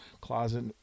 closet